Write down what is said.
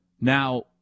Now